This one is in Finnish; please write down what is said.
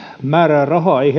määrää rahaa ei